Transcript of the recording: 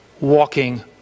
walking